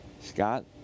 Scott